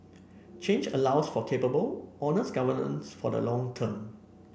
change allows for capable honest governance for the long term